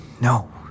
No